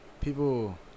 people